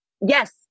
Yes